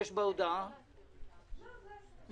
הישיבה ננעלה בשעה 10:55.